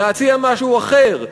להציע משהו אחר,